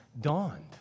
dawned